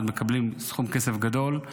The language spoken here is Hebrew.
שמקבלים סכום כסף גדול,